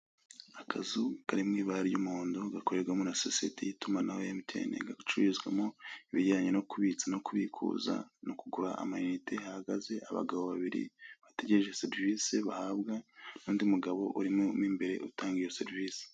Akazi kari mu ibara ry'umuhondo gakorerwamo na sosiyete y'itumanaho ya MTN gacururizwa mo ibijyanye no kubitsa no kubikuza no kugura ama inite, hahagaze abagabo babiri bategereje serivise bahabwa n'undi mugabo urimo mo imbere utanga iyo serivise